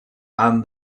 and